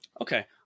Okay